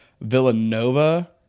Villanova